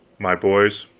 my boys,